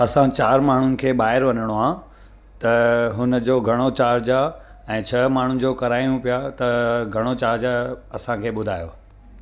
असां चार माण्हुनि खे ॿाहिरि वञिणो आहे त हुन जो घणो चार्ज आहे ऐं छह माण्हुनि जो करायूं पिया त घणो चार्ज आहे असांखे ॿुधायो